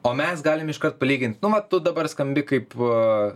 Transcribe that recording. o mes galim iškart palygint nu vat tu dabar skambi kaip va